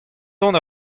dont